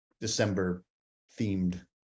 December-themed